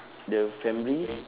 the family